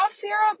syrup